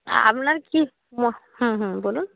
আপনার কী হুম হুম বলুন